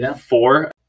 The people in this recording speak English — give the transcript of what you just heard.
four